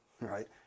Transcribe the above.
right